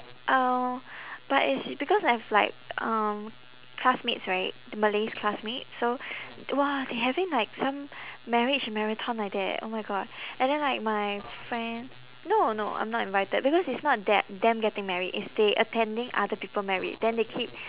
uh but it's because I have like um classmates right the malays classmate so !wah! they having like some marriage marathon like that oh my god and then like my friend no no I'm not invited because it's not that them getting married it's they attending other people married then they keep